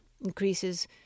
increases